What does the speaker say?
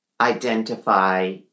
identify